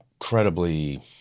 incredibly